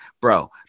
bro